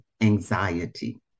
anxiety